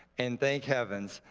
and thank heavens,